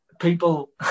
people